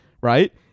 right